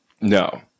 No